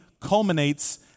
culminates